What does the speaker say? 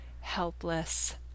helpless